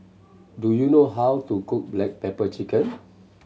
do you know how to cook black pepper chicken